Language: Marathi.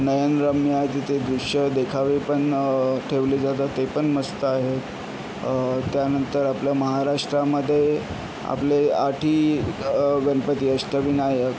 नयनरम्य आहे तिथे दृश्य देखावे पण ठेवले जातात ते पण मस्त आहेत त्यानंतर आपलं महाराष्ट्रामध्ये आपले आठही गणपती अष्टविनायक